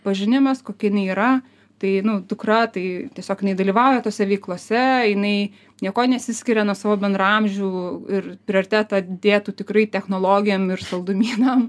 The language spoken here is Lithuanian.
pažinimas kokia jinai yra tai nu dukra tai tiesiog jinai dalyvauja tose veiklose jinai niekuo nesiskiria nuo savo bendraamžių ir prioritetą dėtų tikrai technologijom ir saldumynam